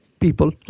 People